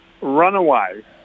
Runaway